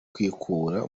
kwikura